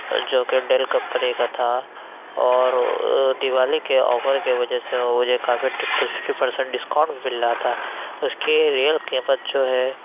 اور جوکہ Dell company کا تھا اور دیوالی کے آفر کے وجہ سے وہ مجھے کافی ففٹی پرسینٹ ڈسکاؤنٹ مل رہا تھا اُس کی ریئل قیمت جو ہے